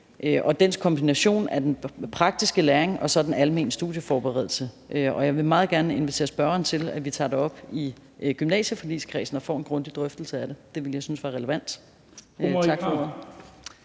og dens kombination af den praktiske læring og den almene studieforberedelse. Jeg vil meget gerne invitere til, at vi tager det op i gymnasieforligskredsen og får en grundig drøftelse af det. Det vil jeg synes var relevant.